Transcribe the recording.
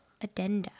addenda